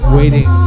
waiting